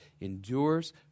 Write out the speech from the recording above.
endures